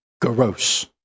gross